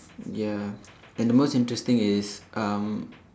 ya and the most interesting is um